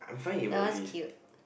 that one's cute